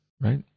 right